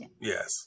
Yes